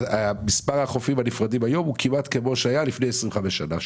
מספר החופים הנפרדים היום הוא כמעט כמו היה לפני 25 שנים,